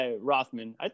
Rothman